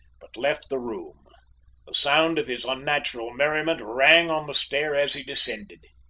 but left the room. the sound of his unnatural merriment rang on the stair as he descended.